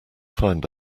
find